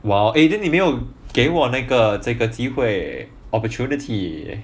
!wah! eh then 你没有给我那个这个机会 opportunity